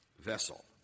vessel